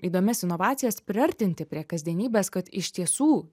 įdomias inovacijas priartinti prie kasdienybės kad iš tiesų